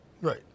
right